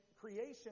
creation